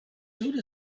soon